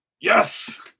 yes